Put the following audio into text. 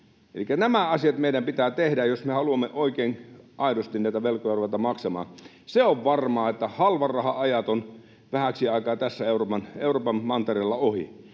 Elikkä nämä asiat meidän pitää tehdä, jos me haluamme oikein aidosti näitä velkoja ruveta maksamaan. Se on varmaa, että halvan rahan ajat ovat vähäksi aikaa tässä Euroopan mantereella ohi.